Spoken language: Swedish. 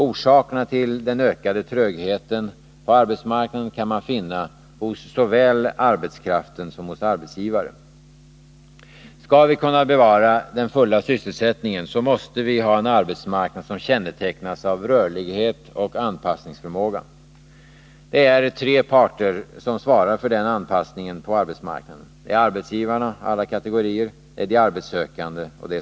Orsakerna till den ökade trögheten på arbetsmarknaden kan man finna såväl hos arbetskraften som hos arbetsgivarna. Skall vi kunna bevara den fulla sysselsättningen, måste vi ha en arbetsmarknad som kännetecknas av rörlighet och anpassningsförmåga. Det är tre parter som svarar för denna anpassning på arbetsmarknaden — arbetsgivarna, alla kategorier, de arbetssökande och staten.